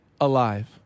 alive